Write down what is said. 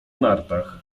nartach